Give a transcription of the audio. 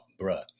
bruh